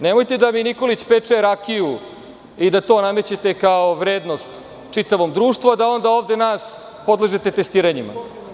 Nemojte da mi Nikolić peče rakiju i da to namećete kao vrednost čitavom društvu, a da onda ovde nas podležete testiranjima.